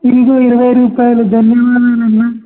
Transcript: ఇదిగో ఇరవై రూపాయలు ధన్యవాదాలన్నా